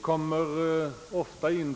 Herr talman!